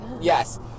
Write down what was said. yes